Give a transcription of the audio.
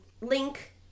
Link